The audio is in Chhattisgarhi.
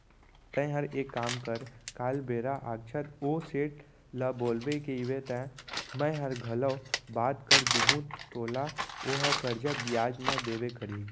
तैंहर एक काम कर काल बेरा आछत ओ सेठ ल बोलबे कइबे त मैंहर घलौ बात कर दूहूं तोला ओहा करजा बियाज म देबे करही